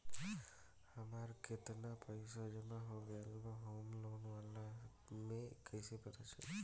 हमार केतना पईसा जमा हो गएल बा होम लोन वाला मे कइसे पता चली?